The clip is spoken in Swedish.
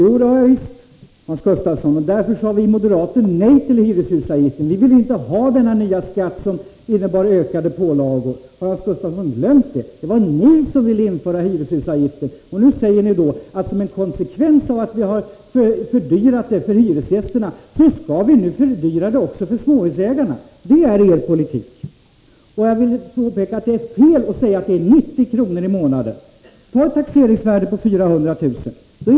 Herr talman! Jo, det har jag visst, Hans Gustafsson, och vi moderater sade också nej till hyreshusavgiften. Vi ville inte ha denna nya skatt, som innebar ökade pålagor. Har Hans Gustafsson glömt det? Det var ni som ville införa hyreshusavgiften. Nu säger ni att som en konsekvens av att kostnaderna ökat för hyresgästerna skall de också ökas för småhusägarna. Det är er politik. Jag vill påpeka att det är fel att säga att det är fråga om 90 kr. i månaden. Tag som exempel ett taxeringsvärde på 400 000 kr.